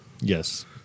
Yes